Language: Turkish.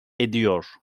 ediyor